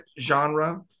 genre